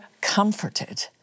comforted